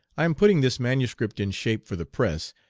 i am putting this manuscript in shape for the press,